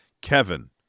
Kevin